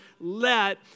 let